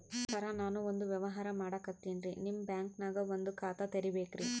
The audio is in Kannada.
ಸರ ನಾನು ಒಂದು ವ್ಯವಹಾರ ಮಾಡಕತಿನ್ರಿ, ನಿಮ್ ಬ್ಯಾಂಕನಗ ಒಂದು ಖಾತ ತೆರಿಬೇಕ್ರಿ?